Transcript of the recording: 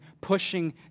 pushing